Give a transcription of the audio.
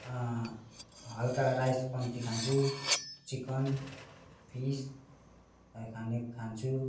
हल्का राइस कम्ती खान्छु चिकन फिसहरू खाने खान्छु